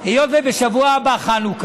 בשבוע הבא וישב.